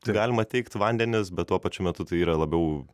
tai galima teigti vandenis bet tuo pačiu metu tai yra labiau